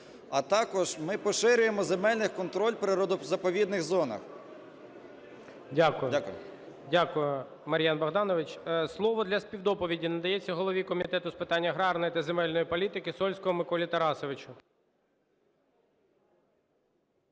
А також ми поширюємо земельний контроль в природо-заповідних зонах. Дякую. ГОЛОВУЮЧИЙ. Дякую. Дякую, Мар'ян Богданович. Слово для співдоповіді надається голові Комітету з питань аграрної та земельної політики Сольському Миколі Тарасовичу.